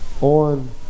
on